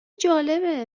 جالبه